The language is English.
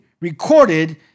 recorded